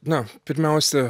na pirmiausia